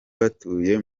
batuye